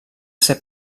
ser